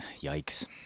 Yikes